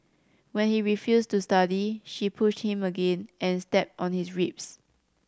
when he refused to study she pushed him again and stepped on his ribs